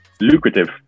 lucrative